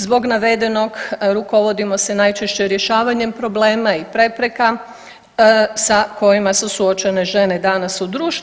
Zbog navedenog rukovodimo se najčešće rješavanjem problema i prepreka sa kojima su suočene žene danas u društvu.